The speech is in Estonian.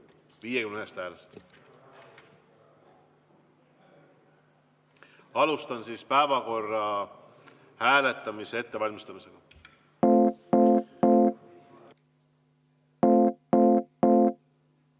51 häälest. Alustan päevakorra hääletamise ettevalmistamist.